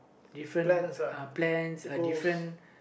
different uh plans uh different